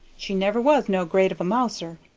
she never was no great of a mouser,